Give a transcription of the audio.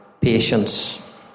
patience